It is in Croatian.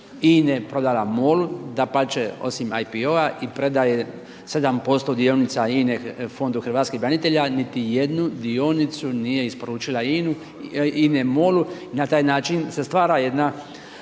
INA-e prodala MOL-u, dapače osim IPO-a i prodaje 7% dionica INA-e Fondu hrvatskih branitelja, niti jednu dionicu nije isporučila INA-a MOL-u. I na taj način se stvara jedna